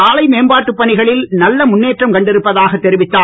சாலை மேம்பாட்டுப் பணிகளில் நல்ல முன்னேற்றம் கண்டிருப்பதாகத் தெரிவித்தார்